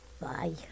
Bye